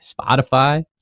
Spotify